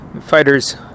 Fighters